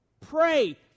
Pray